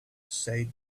said